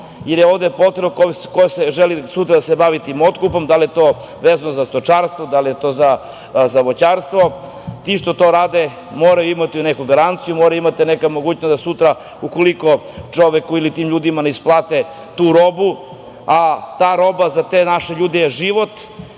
jer to je potrebno. Ko želi sutra da se bavi tim otkupom, da li je to vezano za stočarstvo, za voćarstvo, ti što to rade moraju imati neku garanciju, moraju imati neku mogućnost da sutra, ukoliko čoveku ili tim ljudima ne isplate tu robu, a ta roba za te naše ljude je život,